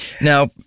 Now